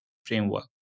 framework